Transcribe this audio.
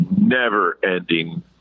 never-ending